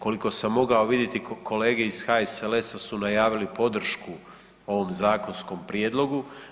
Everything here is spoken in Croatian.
Koliko sam mogao vidjeti, kolege iz HSLS-a su najavili podršku ovom zakonskom prijedlogu.